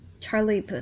Charlie